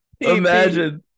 Imagine